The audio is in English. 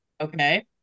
Okay